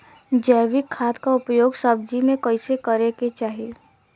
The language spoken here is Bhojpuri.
जैविक खाद क उपयोग सब्जी में कैसे करे के चाही?